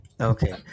Okay